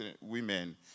women